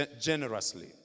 generously